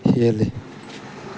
ꯍꯦꯜꯂꯤ